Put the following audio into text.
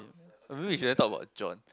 or maybe we should just talk about John